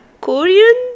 korean